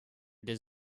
their